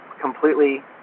completely